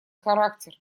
характер